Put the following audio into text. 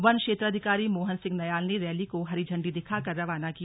one क्षेत्राधिकारी मोहन सिंह नयाल ने rally को हरी इंडी दिखाकर रवाना किया